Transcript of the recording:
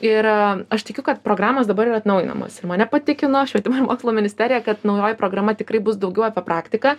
ir aš tikiu kad programos dabar yra atnaujinamos ir mane patikino švietimo ir mokslo ministerija kad naujoji programa tikrai bus daugiau apie praktiką